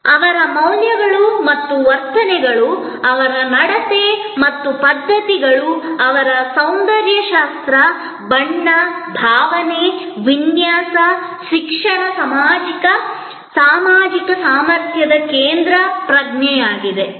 ಅವರ ಮೌಲ್ಯಗಳು ಮತ್ತು ವರ್ತನೆಗಳು ಅವರ ನಡತೆ ಮತ್ತು ಪದ್ಧತಿಗಳು ಅವರ ಸೌಂದರ್ಯಶಾಸ್ತ್ರ ಬಣ್ಣ ಭಾವನೆ ವಿನ್ಯಾಸ ಶಿಕ್ಷಣ ಸಾಮಾಜಿಕ ಸಾಮರ್ಥ್ಯದ ಕೇಂದ್ರ ಪ್ರಜ್ಞೆಯಾಗಿದೆ